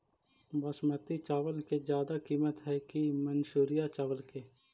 बासमती चावल के ज्यादा किमत है कि मनसुरिया चावल के?